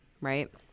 right